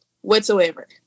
whatsoever